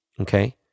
Okay